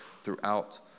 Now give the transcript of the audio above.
throughout